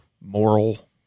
moral